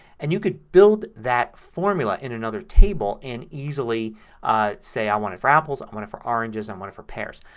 and you could build that formula in another table and easily say i want it for apples, i want it for oranges, and i want it for pears.